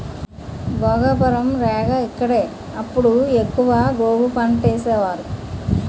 భోగాపురం, రేగ ఇక్కడే అప్పుడు ఎక్కువ గోగు పంటేసేవారు